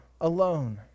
alone